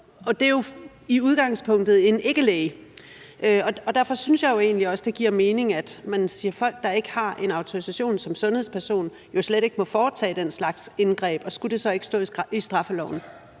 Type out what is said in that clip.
Og det er jo i udgangspunktet en ikkelæge. Derfor synes jeg egentlig også, det giver mening, at man siger, at folk, der ikke har en autorisation som sundhedsperson, slet ikke må foretage den slags indgreb. Skulle det så ikke stå i straffeloven?